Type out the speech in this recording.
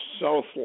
south